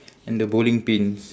and the bowling pins